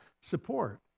support